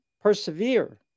persevere